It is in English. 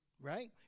Right